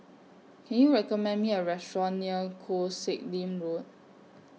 Can YOU recommend Me A Restaurant near Koh Sek Lim Road